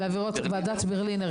ועדת ברלינר,